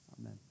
amen